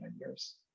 years